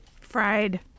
Fried